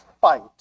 fight